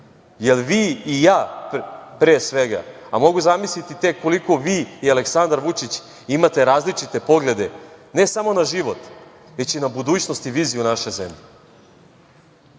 Jer vi i ja, pre svega, a mogu zamisliti tek koliko vi i Aleksandar Vučić imate različite poglede ne samo na život, već i na budućnost i viziju naše zemlje.